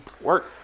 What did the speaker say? Work